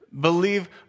believe